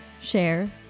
share